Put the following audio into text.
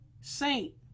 saint